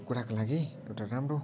कुराको लागि एउटा राम्रो